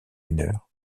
mineure